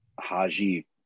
Haji